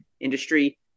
industry